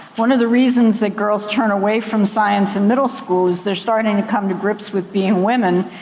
one of the reasons that girls turn away from science in middle school is they're starting to come to grips with being women,